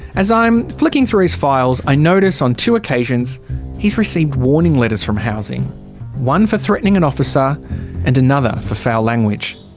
as i'm flicking through his files i notice, on two occasions he's received warning letters from housing one for threatening an officer and another for foul language.